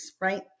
right